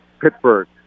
Pittsburgh